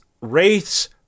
Wraiths